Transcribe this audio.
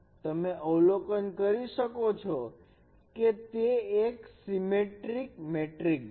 તમે અવલોકન કરી શકો છો કે તે એક સીમેટ્રિક મેટ્રિક્સ છે